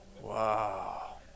Wow